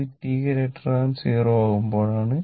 ഇത് t0 ആകുമ്പോഴാണ്